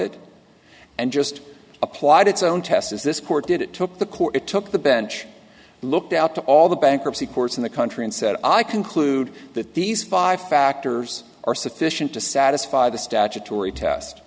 it and just applied its own test as this court did it took the court took the bench looked out to all the bankruptcy courts in the country and said i conclude that these five factors are sufficient to satisfy the statutory test